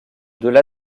delà